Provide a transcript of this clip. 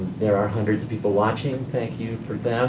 there are hundreds of people watching. thank you for